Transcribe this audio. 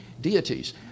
deities